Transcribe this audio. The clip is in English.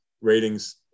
ratings